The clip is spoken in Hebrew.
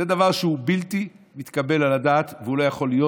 זה דבר שהוא בלתי מתקבל על הדעת והוא לא יכול להיות.